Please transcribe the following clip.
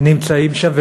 נמצאים שם,